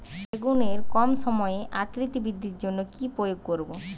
বেগুনের কম সময়ে আকৃতি বৃদ্ধির জন্য কি প্রয়োগ করব?